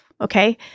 okay